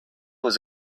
was